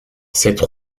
cette